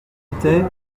était